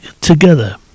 Together